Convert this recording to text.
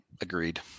Agreed